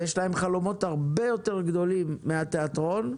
יש להם חלומות הרבה יותר גדולים מהתיאטרון.